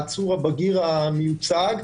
העצור הבגיר המיוצג.